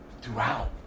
throughout